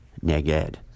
Neged